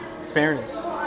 fairness